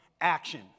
action